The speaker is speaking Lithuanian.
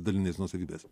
dalinės nuosavybės